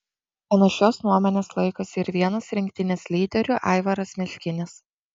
panašios nuomonės laikosi ir vienas rinktinės lyderių aivaras meškinis